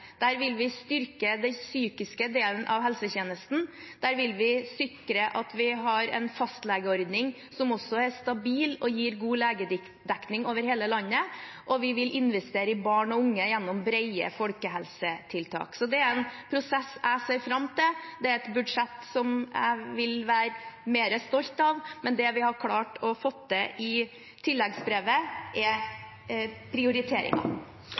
Der vil vi styrke den psykiske delen av helsetjenesten. Der vil vi sikre at vi har en fastlegeordning som er stabil og gir god legedekning over hele landet, og vi vil investere i barn og unge gjennom brede folkehelsetiltak. Det er en prosess jeg ser fram til. Det er et budsjett jeg vil være mer stolt av. Det vi har klart å få til i tilleggsproposisjonen, er